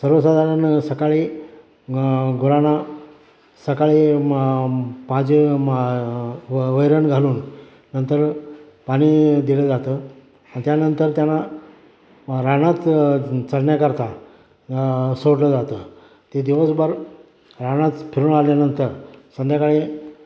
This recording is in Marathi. सर्वसाधारण सकाळी ग गुरांना सकाळी पाज व वैरण घालून नंतर पाणी दिलं जातं त्यानंतर त्यांना रानात चरण्याकरता सोडलं जातं ते दिवसभर रानात फिरून आल्यानंतर संध्याकाळी